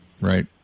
Right